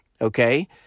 Okay